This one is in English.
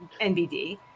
NBD